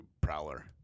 prowler